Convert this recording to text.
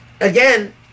again